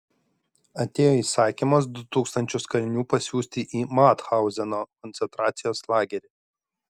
atėjo įsakymas du tūkstančius kalinių pasiųsti į mathauzeno koncentracijos lagerį